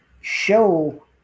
show